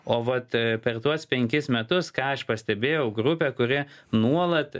o vat per tuos penkis metus ką aš pastebėjau grupę kuri nuolat